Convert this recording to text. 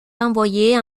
envoyés